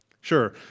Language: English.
Sure